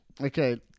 Okay